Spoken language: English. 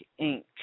Inc